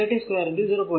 അതിനാൽ 30 2 0